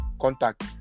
contact